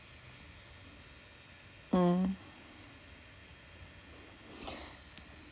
mm